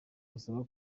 basaba